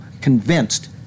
convinced